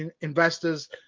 investors